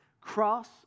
cross